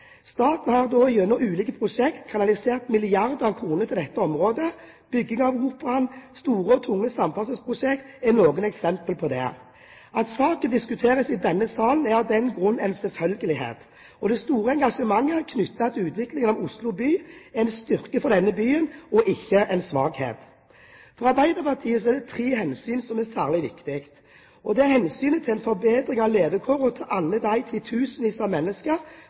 Staten har gjennom ulike prosjekter kanalisert milliarder av kroner til dette området. Byggingen av Operaen og store og tunge samferdselsprosjekter er noen eksempler på dette. At saken diskuteres i denne salen, er av den grunn en selvfølgelighet. Det store engasjementet knyttet til utviklingen av Oslo by er en styrke for denne byen og ikke en svakhet. For Arbeiderpartiet er det tre hensyn som er særlig viktige, og det er hensynet til en forbedring av levekårene til alle de titusener av mennesker